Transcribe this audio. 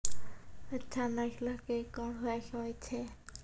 अच्छा नस्ल के कोन भैंस होय छै?